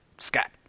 Scott